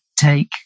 take